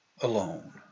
alone